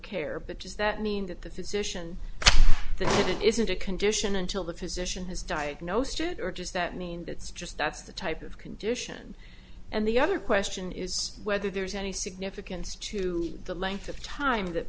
care but does that mean that the physician there isn't a condition until the physician has diagnosed it or does that mean that's just that's the type of condition and the other question is whether there's any significance to the length of time that